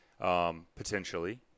Potentially